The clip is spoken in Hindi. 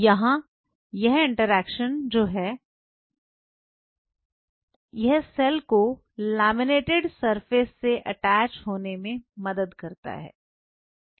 यहां यह इंटरेक्शन जो है यह सेल को लैमिनेटेड सरफेस से अटैच होने में मदद करता है